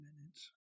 minutes